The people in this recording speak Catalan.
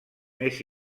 més